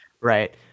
right